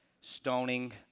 stoning